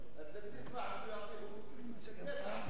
הכנסת המציע,